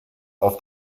auf